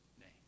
name